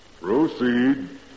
Proceed